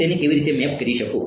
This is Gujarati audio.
હું તેને કેવી રીતે મેપ કરી શકું